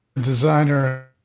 designer